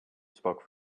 spoke